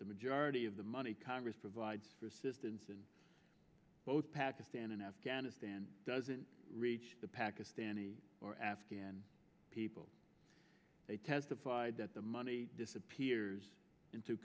the majority of the money congress provides for assistance in both pakistan and afghanistan doesn't reach the pakistani or afghan people they testified that the money disappears into